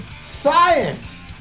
Science